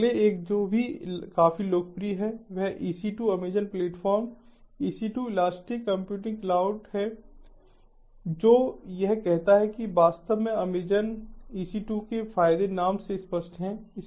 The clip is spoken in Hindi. अगले एक जो भी काफी लोकप्रिय है वह EC2 Amazon platform EC2 elastic compute cloud है जो यह कहता है कि वास्तव में अमेज़न EC2 के फायदे नाम से स्पष्ट है